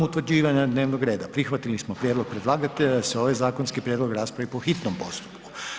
Prigodom utvrđivanja dnevnog reda prihvatili smo prijedlog predlagatelja da se ovaj zakonski prijedlog raspravi po hitnom postupku.